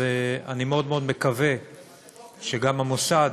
אני מקווה מאוד מאוד שגם המוסד